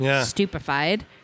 stupefied